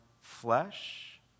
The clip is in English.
flesh